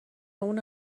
اونو